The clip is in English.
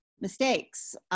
mistakes